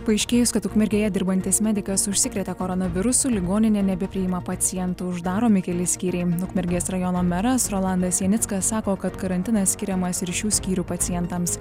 paaiškėjus kad ukmergėje dirbantis medikas užsikrėtė koronavirusu ligoninė nebepriima pacientų uždaromi keli skyriai ukmergės rajono meras rolandas janickas sako kad karantinas skiriamas ir šių skyrių pacientams